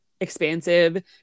expansive